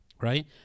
right